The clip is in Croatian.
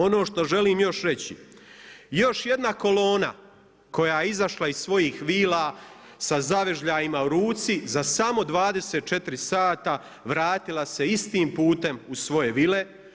Ono što želim još reći, još jedna kolona koja je izašla iz svojih vila sa zavežljajima u ruci za samo 24 sata vratila se istim putem u svoje vile.